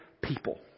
people